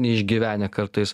neišgyvenę kartais